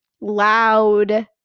loud